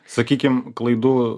sakykim klaidų